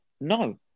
No